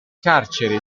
carcere